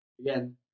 again